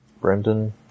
Brendan